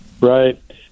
Right